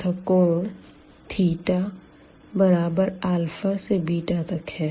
तथा कोण बराबर अल्फ़ा से बीटा तक है